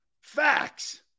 facts